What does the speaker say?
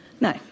No